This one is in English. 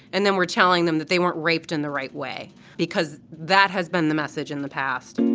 and then we're telling them that they weren't raped in the right way because that has been the message in the past